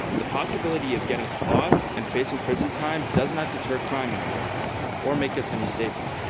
the possibility of getting caught and facing prison time does not deter crime anymore or make us any safer.